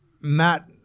Matt –